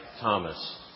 Thomas